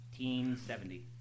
1870